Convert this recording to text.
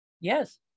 Yes